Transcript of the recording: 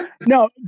No